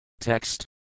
Text